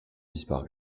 disparus